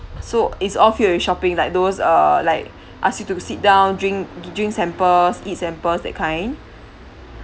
so is all filled with shopping like those err like ask you to sit down drink drink samples eat samples that kind